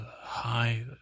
high